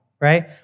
right